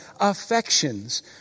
Affections